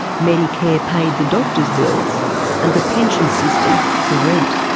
medicare paid the doctors' bills and the pension system the rent.